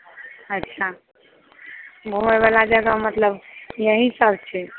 अच्छा घुमऽवाला जगह मतलब एहि सभ छैक